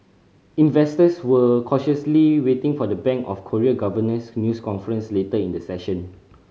investors were cautiously waiting for the Bank of Korea governor's news conference later in the session